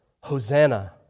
Hosanna